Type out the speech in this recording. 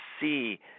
see